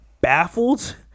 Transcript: baffled